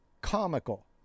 comical